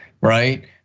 right